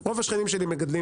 רוב השכנים שלי מגדלים